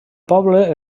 poble